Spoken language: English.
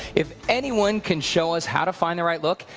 if anyone can show us how to find the ride look.